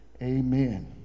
Amen